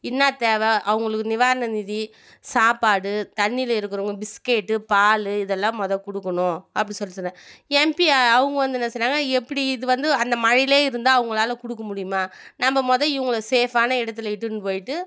என்னா தேவை அவங்களுக்கு நிவாரண நிதி சாப்பாடு தண்ணியில் இருக்கிறவுங்க பிஸ்கேட்டு பால் இதெல்லாம் மொதோல் கொடுக்கணும் அப்படின்னு சொல்லி சொன்னாங்க எம்பி அவங்க வந்து என்ன சொன்னாங்க எப்படி இது வந்து மழையிலேயே இருந்தால் அவங்களால கொடுக்க முடியுமா நம்ப மொதல் இவங்கள சேஃப்பானா இடத்துல இட்டுன்னு போய்விட்டு